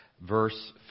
verse